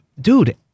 dude